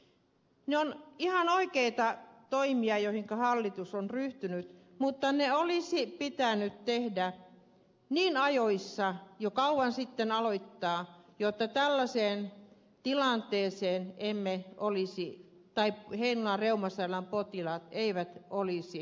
ne ovat ihan oikeita toimia joihinka hallitus on ryhtynyt mutta ne olisi pitänyt tehdä niin ajoissa jo kauan sitten aloittaa jotta tällaiseen tilanteeseen heinolan reumasairaalan potilaat eivät olisi joutuneet